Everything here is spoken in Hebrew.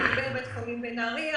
קיבל בית החולים בנהרייה